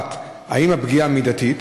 1. האם הפגיעה מידתית?